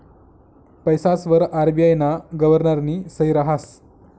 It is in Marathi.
पैसासवर आर.बी.आय ना गव्हर्नरनी सही रहास